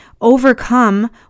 overcome